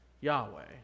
Yahweh